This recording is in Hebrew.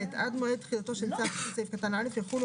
(ב) עד מועד תחילתו של צו לפי סעיף קטן (א) יחולו